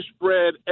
bread